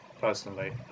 personally